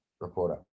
reporter